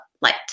light